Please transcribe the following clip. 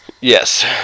Yes